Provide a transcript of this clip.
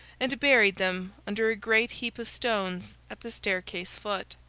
and buried them under a great heap of stones at the staircase foot.